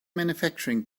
manufacturing